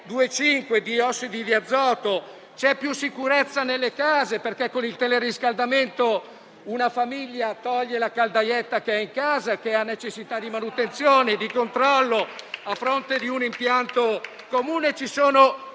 PM2,5, di ossidi di azoto; c'è più sicurezza nelle case, perché con il teleriscaldamento una famiglia toglie la caldaietta in casa, che ha necessità di manutenzione e controllo, a fronte di un impianto comune, e ci sono